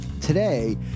today